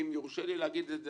אם יורשה לי לומר זאת,